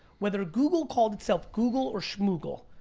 whether google called itself google or shmoogle.